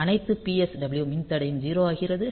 அனைத்து PSW மின்தடையம் 0 ஆகிறது